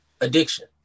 addiction